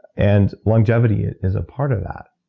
and longevity is a part of that,